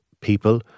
people